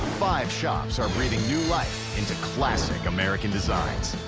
five shops are breathing new life into classic american designs,